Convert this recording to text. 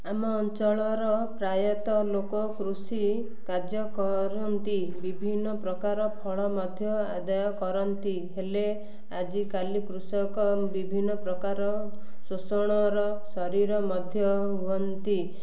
ଆମ ଅଞ୍ଚଳର ପ୍ରାୟତଃ ଲୋକ କୃଷି କାର୍ଯ୍ୟ କରନ୍ତି ବିଭିନ୍ନ ପ୍ରକାର ଫଳ ମଧ୍ୟ ଆଦାୟ କରନ୍ତି ହେଲେ ଆଜିକାଲି କୃଷକ ବିଭିନ୍ନ ପ୍ରକାର ଶୋଷଣର ଶରୀର ମଧ୍ୟ ହୁଅନ୍ତି